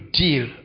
deal